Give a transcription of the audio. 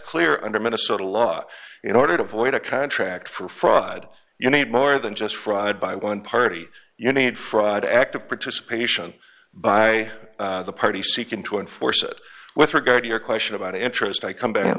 clear under minnesota law in order to avoid a contract for fraud you need more than just fraud by one party you need fraud active participation by the party seeking to enforce it with regard to your question about interest i come back